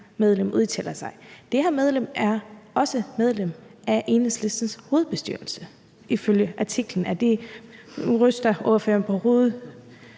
medlem udtaler sig. Det her medlem er også medlem af Enhedslistens hovedbestyrelse, ifølge artiklen. Nu ryster ordføreren på hovedet;